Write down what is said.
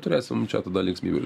turėsim čia tada linksmybes